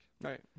Right